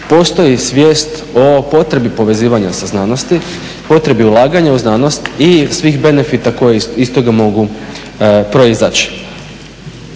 postoji svijest o potrebi povezivanja sa znanosti, potrebi ulaganja u znanost i svih benefita koji iz toga mogu proizaći.